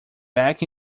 back